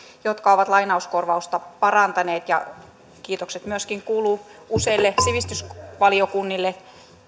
jotka ovat lainauskorvausta parantaneet ja kiitokset kuuluvat myöskin useille sivistysvaliokunnille